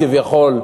כביכול,